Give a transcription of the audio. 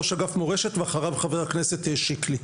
ראש אגף מורשת ואחריו חבר הכנסת שיקלי.